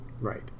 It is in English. right